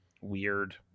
weird